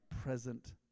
present